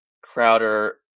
Crowder